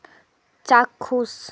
চাক্ষুষ